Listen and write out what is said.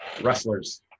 wrestlers